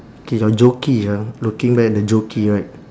K your jockey ah looking back at the jockey right